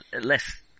less